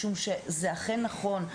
זה אכן נכון,